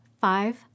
Five